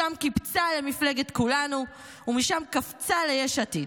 משם היא קיפצה למפלגת כולנו ומשם קפצה ליש עתיד.